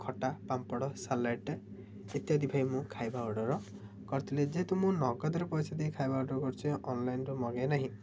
ଖଟା ପାମ୍ପଡ଼ ସାଲାଡ଼ଟେ ଇତ୍ୟାଦି ଭାଇ ମୁଁ ଖାଇବା ଅର୍ଡ଼ର୍ କରିଥିଲି ଯେହେତୁ ମୁଁ ନଗଦରେ ପଇସା ଦେଇ ଖାଇବା ଅର୍ଡ଼ର୍ କରିୁଛି ଅନଲାଇନ୍ରୁ ମଗାଇ ନାହିଁ